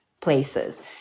places